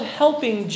helping